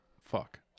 fuck